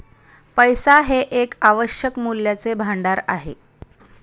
पैसा हे एक आवश्यक मूल्याचे भांडार आहे